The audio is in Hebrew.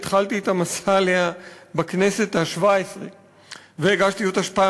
שהתחלתי את המסע אליה בכנסת השבע-עשרה והגשתי אותה פעם